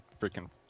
freaking